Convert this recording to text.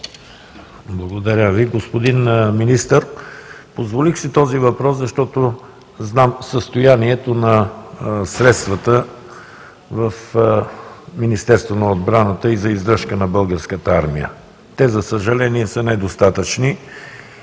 Благодаря Ви. Господин Министър, позволих си този въпрос, защото знам състоянието на средствата в Министерството на отбраната за издръжка на Българската армия. Те, за съжаление, са недостатъчни